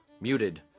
Muted